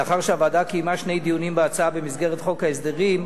לאחר שהוועדה קיימה שני דיונים בהצעה במסגרת חוק ההסדרים,